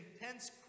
intense